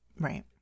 right